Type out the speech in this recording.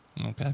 Okay